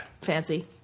Fancy